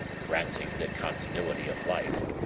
granting the continuity of life,